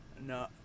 No